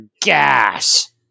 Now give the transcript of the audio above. gas